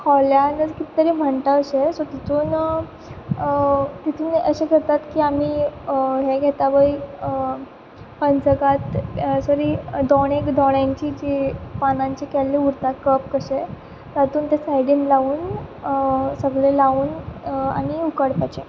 खोले आमी कित तरी म्हणटात अशें सो तितूंत तितूंत अशें करतात की आमी हें घेता पय पंचखाद्य सोरी दोणें दोण्याची जी पानांची केल्लें उरता कप कशें तातूंत ते सायडीन लावन सगळें लावून आमी उकडपाचें